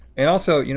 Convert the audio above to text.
and also, you